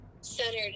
centered